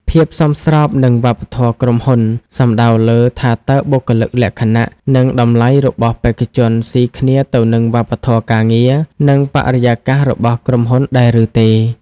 ភាពសមស្របនឹងវប្បធម៌ក្រុមហ៊ុន សំដៅលើថាតើបុគ្គលិកលក្ខណៈ និងតម្លៃរបស់បេក្ខជនស៊ីគ្នាទៅនឹងវប្បធម៌ការងារ និងបរិយាកាសរបស់ក្រុមហ៊ុនដែរឬទេ?